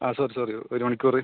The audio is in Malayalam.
ആ സോറി സോറി ഒരു മണിക്കൂർ